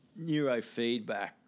neurofeedback